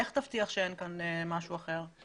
איך תבטיח שאין כאן משהו אחר?